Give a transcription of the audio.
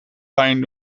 pijn